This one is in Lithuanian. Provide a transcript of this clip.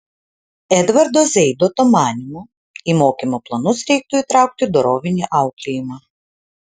edvardo zeidoto manymu į mokymo planus reiktų įtraukti dorovinį auklėjimą